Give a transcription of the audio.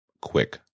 quick